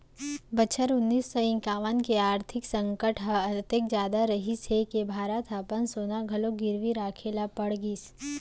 बछर उन्नीस सौ इंकावन के आरथिक संकट ह अतेक जादा रहिस हे के भारत ह अपन सोना घलोक गिरवी राखे ल पड़ गिस